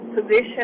position